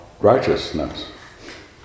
righteousness